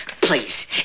Please